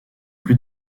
plus